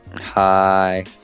Hi